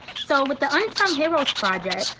so with the unsung heroes project,